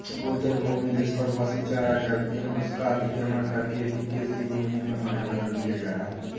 गोचर भूमि, जिसपर पशु चारा चरते हैं, उसका अतिक्रमण करके भी कृषिभूमि में उन्हें बदल दिया जा रहा है